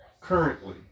currently